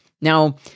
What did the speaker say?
Now